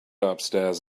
upstairs